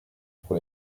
pour